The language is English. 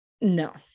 No